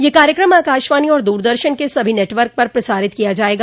यह कार्यक्रम आकाशवाणी और द्रदर्शन के सभी नेटवर्क पर प्रसारित किया जायेगा